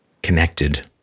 connected